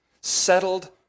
settled